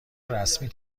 رسمی